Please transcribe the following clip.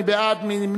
מי בעד?